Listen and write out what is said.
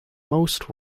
most